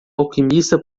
alquimista